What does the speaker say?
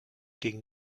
gegen